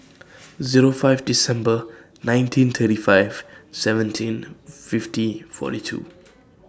Zero five December nineteen thirty five seventeen fifty forty two